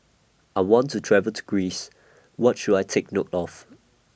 I want to travel to Greece What should I Take note of